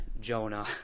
Jonah